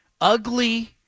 ugly